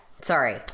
sorry